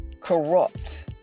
corrupt